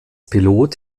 pilot